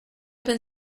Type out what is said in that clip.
open